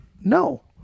no